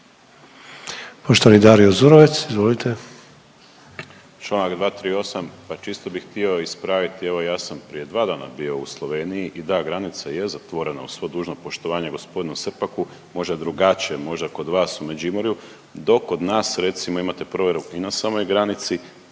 Poštovani Dario Zurovec, izvolite.